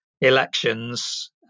elections